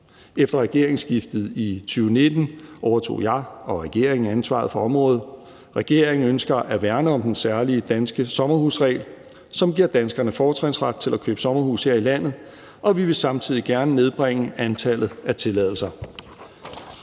Efter regeringsskiftet i 2019 overtog jeg og regeringen ansvaret for området. Regeringen ønsker at værne om den særlige danske sommerhusregel, som giver danskerne fortrinsret til at købe sommerhuse her i landet, og vi vil samtidig gerne nedbringe antallet af tilladelser.